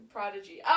Prodigy